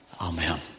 Amen